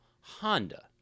Honda